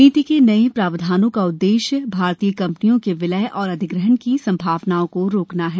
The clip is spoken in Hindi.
नीति के नए प्रावधानों का उद्देश्य भारतीय कंपनियों के विलय और अधिग्रहण की संभावनाओं को रोकना है